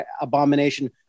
Abomination